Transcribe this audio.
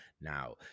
now